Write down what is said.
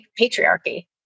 patriarchy